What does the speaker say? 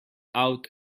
out